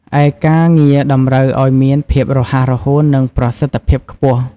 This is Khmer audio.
ឯការងារតម្រូវឲ្យមានភាពរហ័សរហួន និងប្រសិទ្ធភាពខ្ពស់។